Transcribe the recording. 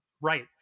right